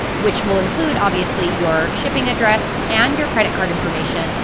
which will include obviously your shipping address and your credit card information,